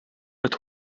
het